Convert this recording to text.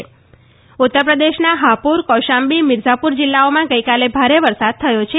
ેત્તરપ્રદેશમાં હાપુર કાશાંબી મિરઝાપુર જિલ્લાઓમાં ગઇકાલે ભારે વરસાદ થયો છે